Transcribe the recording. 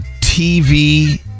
TV